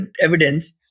evidence